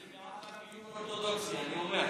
אני בעד גיור אורתודוקסי, אני אומר.